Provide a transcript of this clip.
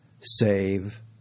save